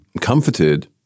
comforted